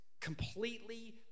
completely